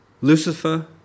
Lucifer